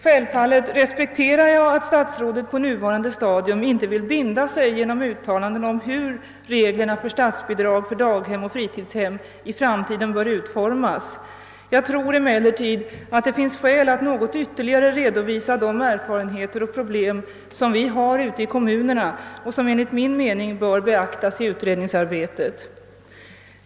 Självfallet respekterar jag att statsrådet på nuvarande stadium inte vill binda sig genom uttalanden om hur reglerna för statsbidrag till daghem och fritidshem i framtiden bör utformas. Jag tror emellertid att det finns skäl att ytterligare något redovisa de erfarenheter och problem, som vi har ute i kommunerna och som enligt min mening bör beaktas i utredningsarbetet.